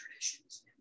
traditions